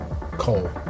Cole